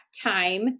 time